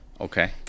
okay